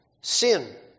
sin